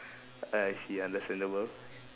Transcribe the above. I see understandable